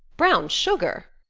brown sugar!